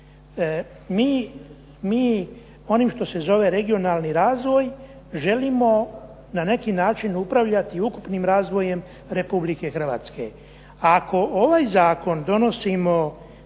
Mi onim što se zove regionalni razvoj želimo na neki način upravljati ukupnim razvojem Republike Hrvatske. A ako ovaj zakon donosimo